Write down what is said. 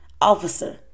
officer